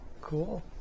Cool